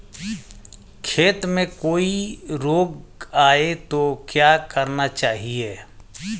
खेत में कोई रोग आये तो क्या करना चाहिए?